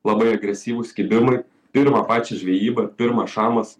labai agresyvūs kibimui pirma pačiai žvejyba pirma šamas